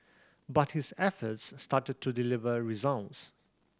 but his efforts started to deliver results